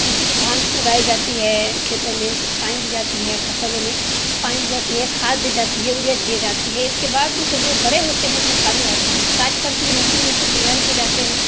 جیسے کہ دھان اگائی جاتی ہے کھیتوں میں اسے پانی دی جاتی ہے فصلوں میں پانی دی جاتی ہے کھاد دی جاتی ہے اڑیا دیے جاتی ہے اس کے بعد تو جب وہ بڑے ہوتے ہیں تو کاٹے جاتے ہیں کاٹ کر پھر مسین میں اس کو تیار کیے جاتے ہیں